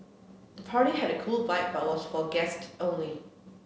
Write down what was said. the party had a cool vibe but was for guests only